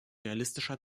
realistischer